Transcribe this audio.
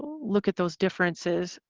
look at those differences.